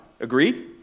Agreed